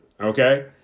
Okay